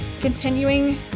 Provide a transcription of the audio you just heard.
continuing